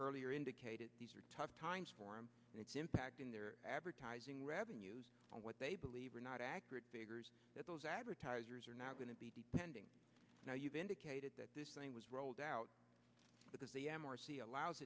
earlier indicated these are tough times for him and it's impacting their advertising revenues on what they believe are not accurate figures that those advertisers are now going to be spending now you've indicated that this thing was rolled out because the m r c allows